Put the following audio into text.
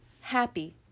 happy